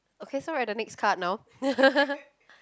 okay so we're at the next card now